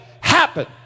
happen